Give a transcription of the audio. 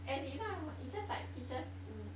as in if I'm not wrong it's just like teachers mm